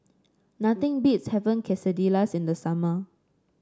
nothing beats having Quesadillas in the summer